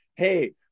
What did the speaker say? Hey